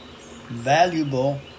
valuable